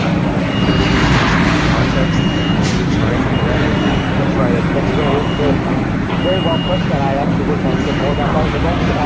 they might not be a terrible person, just the context, and maybe they're trying to do better that's right. that's very well very well put, and i actually wish i had said more about that in the book. yeah